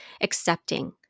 accepting